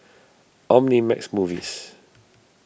Omnimax Movies